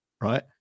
right